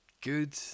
good